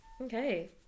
Okay